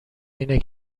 اینه